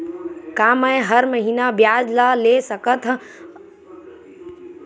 का मैं हर महीना ब्याज ला ले सकथव अपन खाता मा?